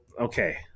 okay